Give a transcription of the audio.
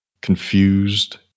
confused